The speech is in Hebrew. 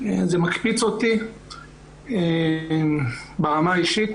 זה מקפיץ אותי ברמה האישית.